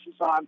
on